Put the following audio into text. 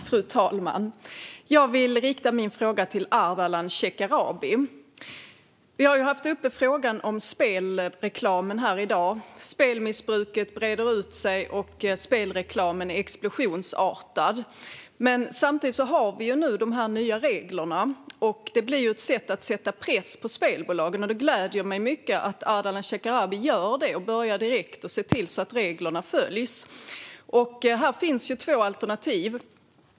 Fru talman! Jag riktar min fråga till Ardalan Shekarabi. Frågan om spelreklam har redan varit uppe i dag. Spelmissbruket breder ut sig, och spelreklamen är explosionsartad. Samtidigt har vi de nya reglerna, vilket är ett sätt att sätta press på spelbolagen. Det gläder mig mycket att Ardalan Shekarabi gör det och börjar direkt med att se till att reglerna följs. Här finns två alternativ.